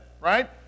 right